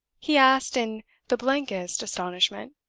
he asked, in the blankest astonishment.